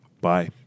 bye